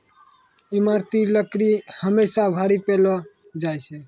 ईमारती लकड़ी हमेसा भारी पैलो जा छै